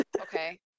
Okay